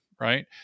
Right